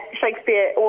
Shakespeare